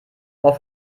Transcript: ohr